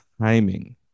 timing